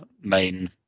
main